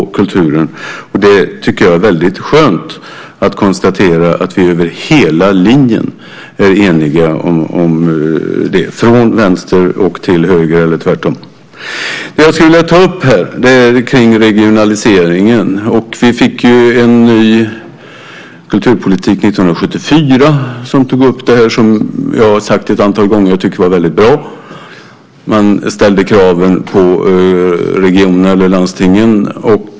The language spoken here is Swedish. Jag tycker att det är väldigt skönt att konstatera att vi över hela linjen är eniga om det, från vänster till höger eller tvärtom. Det jag skulle vilja ta upp här är regionaliseringen. Vi fick en ny kulturpolitik 1974, som tog upp det som jag har sagt ett antal gånger att jag tycker var väldigt bra. Man ställde kraven på regionerna eller landstingen.